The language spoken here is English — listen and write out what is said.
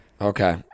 Okay